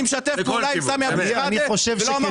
משתף פעולה עם סמי אבו שחאדה ולא אמרתם